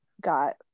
got